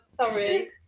Sorry